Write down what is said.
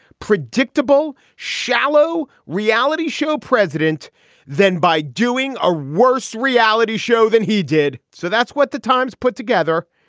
predictable, shallow reality show president than by doing a worse reality show than he did? so that's what the times put together,